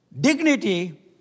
Dignity